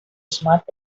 smart